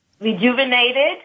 rejuvenated